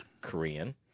Korean